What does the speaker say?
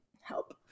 Help